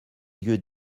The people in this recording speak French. yeux